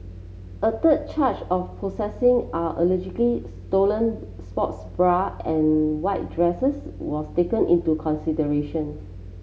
a third charge of possessing are stolen sports bra and white dresses was taken into consideration